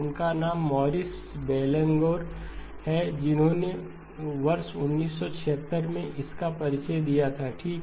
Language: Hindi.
उनका नाम मौरिस बेलांगेर है जिन्होंने वर्ष 1976 में इसका परिचय दिया था ठीक